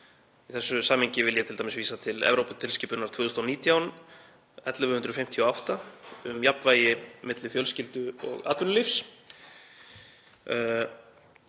Í þessu samhengi vil ég t.d. vísa til Evróputilskipunar 2019/1158, um jafnvægi milli fjölskyldu og atvinnulífs.